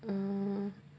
mm